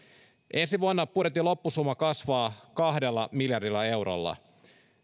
ensi vuonna budjetin loppusumma kasvaa kahdella miljardilla eurolla